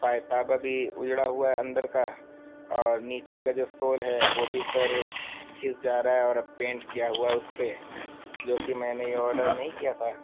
پائیتابہ بھی اجڑا ہوا ہے اندر کا اور نیچے کا جو سول ہے وہ بھی سر گھس جا رہا ہے اور اب پینٹ کیا ہوا ہے اس پہ جو کہ میں نے یہ آڈر نہیں کیا تھا